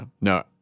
No